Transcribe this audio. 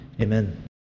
amen